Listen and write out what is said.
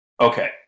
Okay